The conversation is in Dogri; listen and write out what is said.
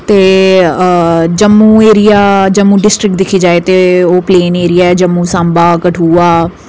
ते जम्मू एरिया ते जम्मू डिस्ट्रिक्ट दिक्खेआ जा ते ओह् प्लेन एरिया ऐ जम्मू सांबा कठुआ